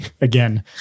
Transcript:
again